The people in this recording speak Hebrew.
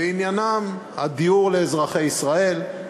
ועניינם הדיור לאזרחי ישראל,